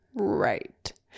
right